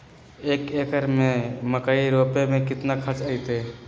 एक एकर में मकई रोपे में कितना खर्च अतै?